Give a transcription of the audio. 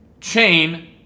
chain